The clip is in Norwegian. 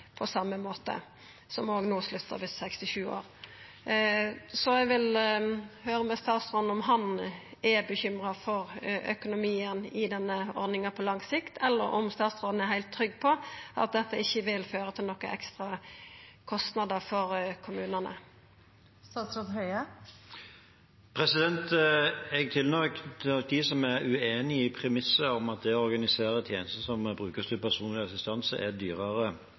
på same måte, som òg no sluttar ved fylte 67 år. Så eg vil høyra med statsråden om han er bekymra for økonomien i denne ordninga på lang sikt, eller om statsråden er heilt trygg på at dette ikkje vil føra til ekstra kostnader for kommunane. Jeg tilhører nok dem som er uenige i premisset om at det å organisere en tjeneste som brukerstyrt personlig assistanse er